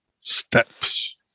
Steps